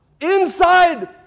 Inside